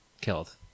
killed